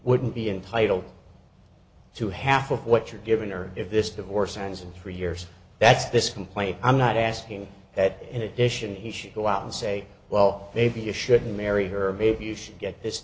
wouldn't be entitled to half of what you're given or if this divorce ends of three years that's this complaint i'm not asking that in addition he should go out and say well maybe you should marry her believe you should get this